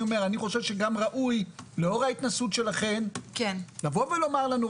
אני חושב שגם ראוי לאור ההתנסות שלכם לבוא ולומר לנו,